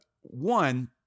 one